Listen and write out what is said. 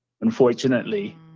unfortunately